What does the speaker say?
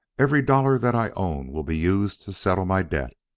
every dollar that i own will be used to settle my debt.